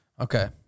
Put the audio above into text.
Okay